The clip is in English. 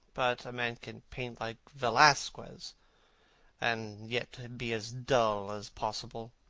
but a man can paint like velasquez and yet be as dull as possible.